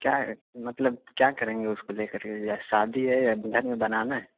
کیا ہے مطلب کیا کریں گے اس کو لے کر کے یا شادی ہے یا گھر میں بنانا ہے